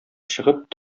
чыгып